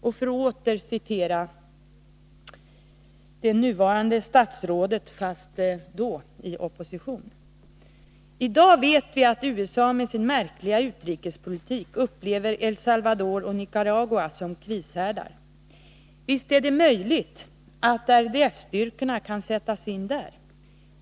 Och för att åter citera det nuvarande statsrådet fast då i opposition: ”I dag vet vi att USA med sin märkliga utrikespolitik upplever El Salvador och Nicaragua som krishärdar. Visst är det möjligt ——— att RDF-styrkorna kan sättas in där.